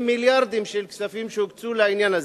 עם מיליארדים של כספים שהוקצו לעניין הזה,